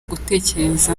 gutekereza